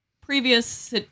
previous